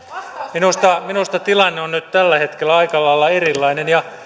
minusta minusta tilanne on nyt tällä hetkellä aika lailla erilainen